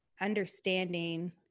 understanding